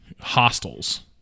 hostels